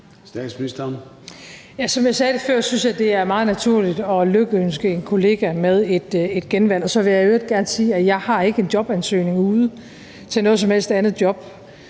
Frederiksen): Som jeg sagde det før, synes jeg, det er meget naturligt at lykønske en kollega med et genvalg, og så vil jeg i øvrigt gerne sige, at jeg ikke har en jobansøgning ude til noget som helst andet job.